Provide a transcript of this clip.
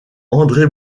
andré